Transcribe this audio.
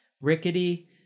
rickety